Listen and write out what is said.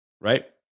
right